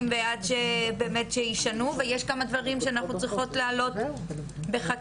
ועד באמת שישנו ויש כמה דברים שאנחנו צריכות להעלות בחקיקה,